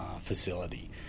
facility